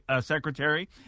Secretary